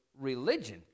religion